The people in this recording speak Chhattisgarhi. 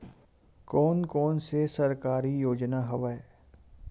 कोन कोन से सरकारी योजना हवय?